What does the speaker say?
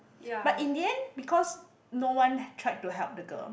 but in the end because no one tried to help the girl